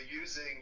using